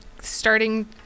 starting